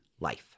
life